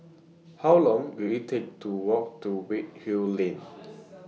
How Long Will IT Take to Walk to Redhill Lane